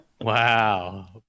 wow